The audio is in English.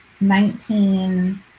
nineteen